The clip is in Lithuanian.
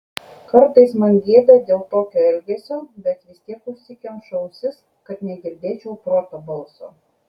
kartais man gėda dėl tokio elgesio bet vis tiek užsikemšu ausis kad negirdėčiau proto balso